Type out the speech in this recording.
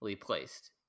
placed